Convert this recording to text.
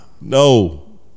No